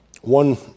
One